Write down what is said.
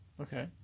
Okay